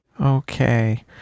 Okay